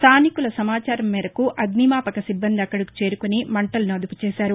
స్టానికుల సమాచారం మేరకు అగ్నిమాపక సిబ్బంది అక్కడకు చేరుకుని మంటలను అదుపు చేశారు